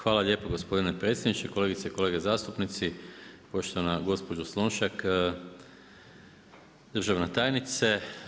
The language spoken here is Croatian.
Hvala lijepo gospodine predsjedniče, kolegice i kolege zastupnici, poštovana gospođo Slonjšak, državne tajnice.